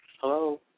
Hello